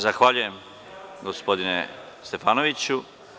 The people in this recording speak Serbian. Zahvaljujem, gospodine Stefanoviću.